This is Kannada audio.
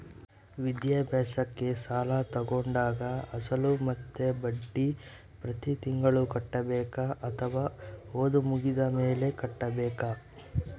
ವಿದ್ಯಾಭ್ಯಾಸಕ್ಕೆ ಸಾಲ ತೋಗೊಂಡಾಗ ಅಸಲು ಮತ್ತೆ ಬಡ್ಡಿ ಪ್ರತಿ ತಿಂಗಳು ಕಟ್ಟಬೇಕಾ ಅಥವಾ ಓದು ಮುಗಿದ ಮೇಲೆ ಕಟ್ಟಬೇಕಾ?